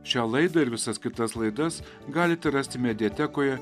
šią laidą ir visas kitas laidas galite rasti mediatekoje